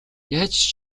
яаж